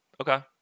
Okay